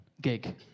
gig